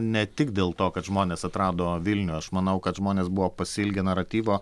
ne tik dėl to kad žmonės atrado vilnių aš manau kad žmonės buvo pasiilgę naratyvo